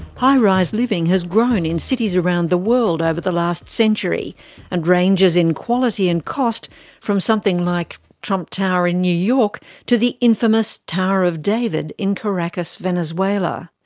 high-rise living has grown in cities round the world over the last century and ranges in quality and cost from something like trump tower in new york to the infamous tower of david in caracas, venezuela.